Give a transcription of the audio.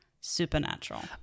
supernatural